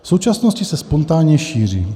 V současnosti se spontánně šíří.